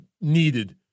needed